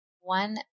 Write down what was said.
one